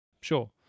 Sure